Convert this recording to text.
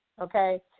Okay